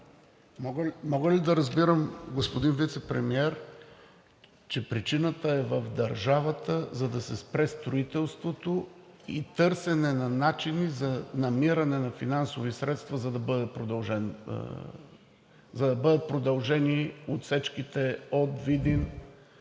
Мога ли да разбирам, господин Вицепремиер, че причината е в държавата, за да се спре строителството, и търсене на начини за намиране на финансови средства, за да бъдат продължени двете отсечки от Видин